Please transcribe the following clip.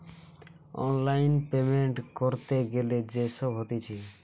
online payment ক্যরতে গ্যালে যে সব হতিছে